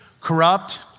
corrupt